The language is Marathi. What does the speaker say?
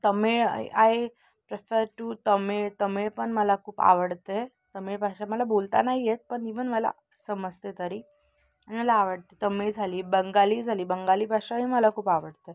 Tamil uh I prefer to Tamil Tamil पण मला खूप आवडते तमिळ भाषा मला बोलता नाही येत पण इव्हन मला समजते तरी मला आवडते तमिळ झाली बंगाली झाली बंगाली भाषा ही मला खूप आवडते